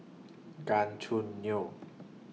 Gan Choo Neo